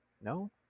No